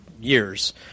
years